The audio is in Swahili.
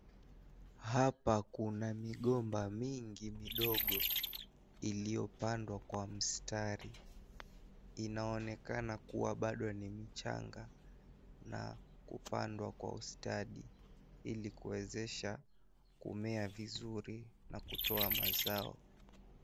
Hapa kuna migomba mingi midogo iliyopandwa kwa mstari. Inaonekana kuwa, bado ni mchanga na kupandwa kwa ustadi, ili kuwezesha kumea vizuri na kutoa mazao.